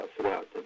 throughout